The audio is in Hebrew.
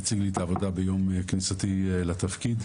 כבר ביום כניסתי לתפקיד,